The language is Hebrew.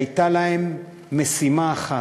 שהייתה להם משימה אחת: